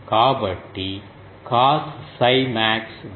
కాబట్టి cos 𝜓 max విలువ 0 కి సమానం